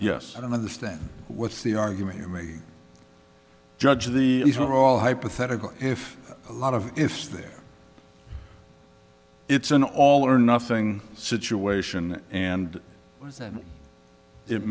yes i don't understand what's the argument you may judge of the these are all hypothetical if a lot of ifs there it's an all or nothing situation and then it